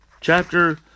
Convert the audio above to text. chapter